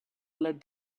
let